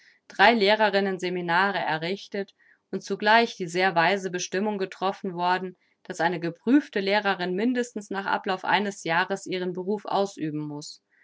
drei lehrerinnen seminare errichtet und zugleich die sehr weise bestimmung getroffen worden daß eine geprüfte lehrerin mindestens nach ablauf eines jahres ihren beruf ausüben muß